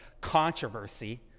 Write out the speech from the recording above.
controversy